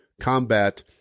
combat